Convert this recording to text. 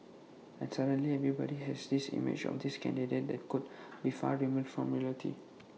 and suddenly everybody has this image of this candidate that could be far removed from reality